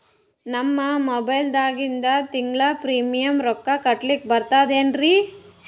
ನಮ್ಮ ಮೊಬೈಲದಾಗಿಂದ ತಿಂಗಳ ಪ್ರೀಮಿಯಂ ರೊಕ್ಕ ಕಟ್ಲಕ್ಕ ಬರ್ತದೇನ್ರಿ?